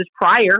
prior